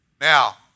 Now